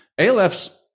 ALFs